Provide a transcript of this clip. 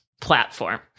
platform